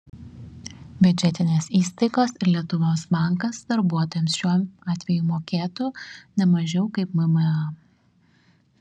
biudžetinės įstaigos ir lietuvos bankas darbuotojams šiuo atveju mokėtų ne mažiau kaip mma